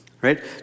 right